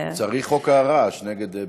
צריך חוק הרעש נגד ביטן,